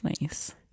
nice